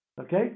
Okay